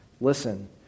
Listen